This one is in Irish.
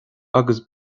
agus